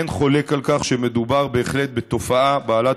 אין חולק על כך שמדובר בהחלט בתופעה בעלת